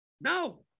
No